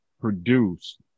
produce